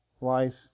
life